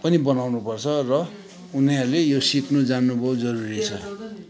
पनि बनाउनु पर्छ र उनीहरूले यो सिक्नु जान्नु बहुत जरुरी छ